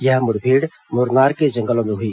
यह मुठभेड़ मुरनार के जंगलों में हुई